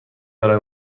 برای